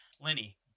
Lenny